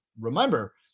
remember